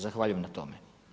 Zahvaljujem na tome.